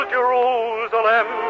Jerusalem